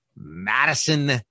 Madison